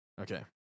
Okay